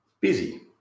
busy